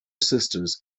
sisters